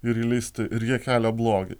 ir įleisti ir jie kelia blogį